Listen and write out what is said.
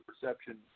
perception